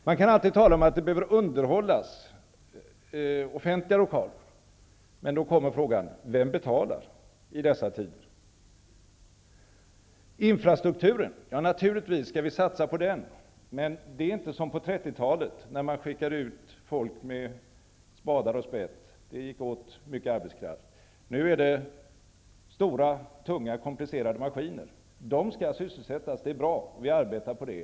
Man kan alltid tala om att offentliga lokaler behöver underhållas, men då kommer frågan vem som betalar i dessa tider. Naturligtvis skall vi satsa på infrastrukturen, men det är inte som på 30-talet när man skickade ut folk med spadar och spett. Det gick åt mycket arbetskraft. Nu är det stora, tunga och komplicerade maskiner. De skall sysselsättas. Det är bra. Vi arbetar på det.